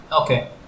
Okay